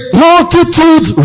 multitude